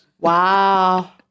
Wow